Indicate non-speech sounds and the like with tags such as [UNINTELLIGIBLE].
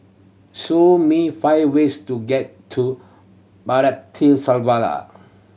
show me five ways to get to [UNINTELLIGIBLE]